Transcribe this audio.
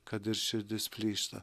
kad ir širdis plyšta